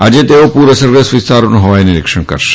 આજે તેઓ પૂર અસરગ્રસ્ત વિસ્તારોનું હવાઈ નિરિક્ષણ કરશે